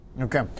Okay